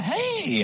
Hey